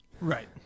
Right